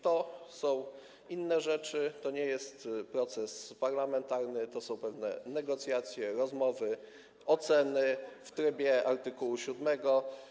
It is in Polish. To są inne rzeczy, to nie jest proces parlamentarny, to są pewne negocjacje, rozmowy, oceny w trybie art. 7.